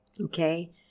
Okay